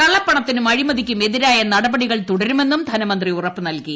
കള്ളപ്പണത്തിനും അഴിമതിക്കും എതിരായ നടപടികൾ തുടരുമെന്നും ധനമന്ത്രി ഉറപ്പ് നൽകി